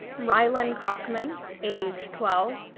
rylan cockman age twelve,